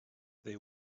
they